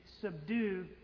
subdue